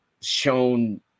shown